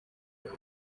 kuko